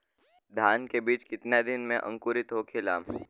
धान के बिज कितना दिन में अंकुरित होखेला?